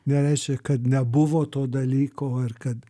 nereiškia kad nebuvo to dalyko ar kad